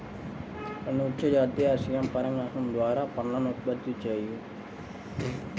కొన్ని వృక్ష జాతులు స్వీయ పరాగసంపర్కం ద్వారా పండ్లను ఉత్పత్తి చేయవు